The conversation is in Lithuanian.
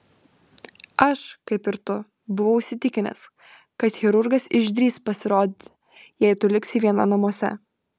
aš kaip ir tu buvau įsitikinęs kad chirurgas išdrįs pasirodyti jei tu liksi viena namuose